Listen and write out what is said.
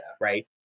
Right